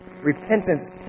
repentance